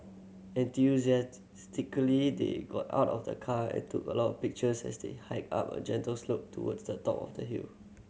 enthusiastically they got out of the car and took a lot of pictures as they hiked up a gentle slope towards the top of the hill